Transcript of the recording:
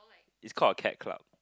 it's call a cat club